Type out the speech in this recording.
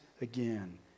again